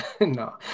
No